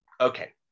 Okay